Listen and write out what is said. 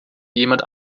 jemand